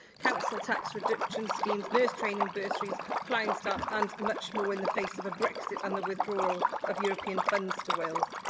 council tax reduction schemes, nurse training bursaries, flying start and much more in the face of of brexit and the withdrawal of european funds to wales.